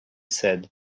said